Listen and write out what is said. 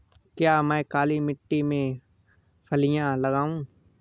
क्या मैं काली मिट्टी में फलियां लगाऊँ?